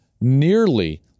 nearly